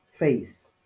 face